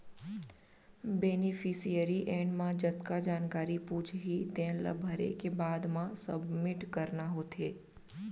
beneficiary एड म जतका जानकारी पूछही तेन ला भरे के बाद म सबमिट करना होथे